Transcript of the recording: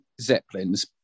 Zeppelins